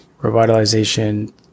revitalization